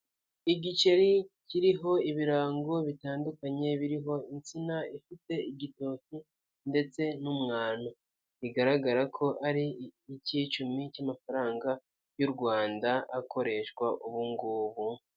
Igiceri kiriho ibirango bitandukanye, biriho insina ifite igitoki ndetse n'umwano, bigaragara ko ari icy'icumi cy'amafaranga y'u Rwanda akoreshwa ubungubu.